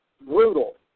brutal